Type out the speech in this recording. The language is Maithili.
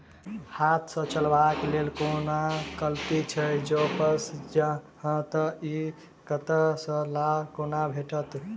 हाथ सऽ चलेबाक लेल कोनों कल्टी छै, जौंपच हाँ तऽ, इ कतह सऽ आ कोना भेटत?